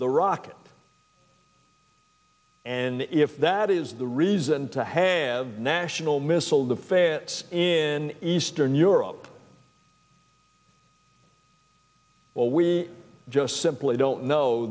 the rocket and if that is the reason to have national missile defense in eastern europe well we just simply don't know